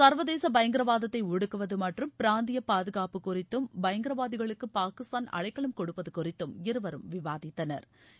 சிவதேச பயங்கரவாதத்தை ஒடுக்குவது மற்றம் பிராந்திய பாதுகாப்பு குறித்தம் பயங்கரவாதிகளுக்கு பாகிஸ்தான் அடைக்கலம் கொடுப்பது குறித்தும் இருவரும் விவாதித்தனா்